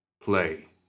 Play